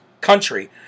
country